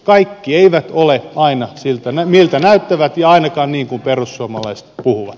kaikki eivät ole aina sitä miltä näyttävät ja ainakaan niin kuin perussuomalaiset puhuvat